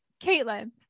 caitlin